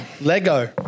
Lego